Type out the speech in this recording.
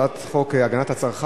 זו הצעת חוק הגנת הצרכן,